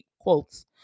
quotes